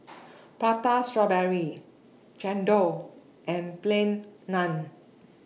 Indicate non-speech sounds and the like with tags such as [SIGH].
[NOISE] Prata Strawberry Chendol and Plain Naan